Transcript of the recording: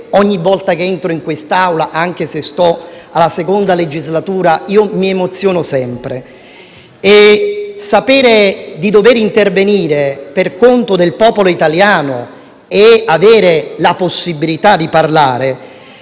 ogni volta che entro in questa Aula, anche se sono alla seconda legislatura, mi emoziono. Sapere di dover intervenire per conto del popolo italiano e avere la possibilità di parlare